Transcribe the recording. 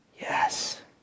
Yes